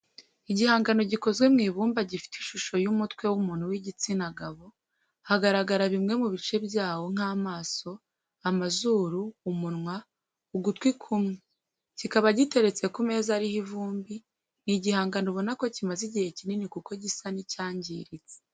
gihangano gikoze mw'ibumba gifite ishusho y'umutwe w'umuntu w'igitsina gabo hagaragara bimwe mu bice byawo nk'amaso amazuru, umunwa ugutwi kumwe kikaba giteretse ku meza ariho ivumbi ni igihangano ubona ko kimaze igihe kinini kuko gisa n'icyangiritse